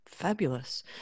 Fabulous